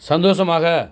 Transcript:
சந்தோஷமாக